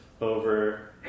over